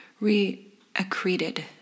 re-accreted